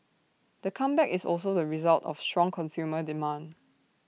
the comeback is also the result of strong consumer demand